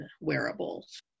wearables